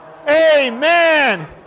Amen